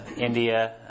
India